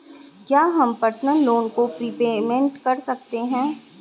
क्या हम personal loan का प्रीपेमेंट कर सकते हैं?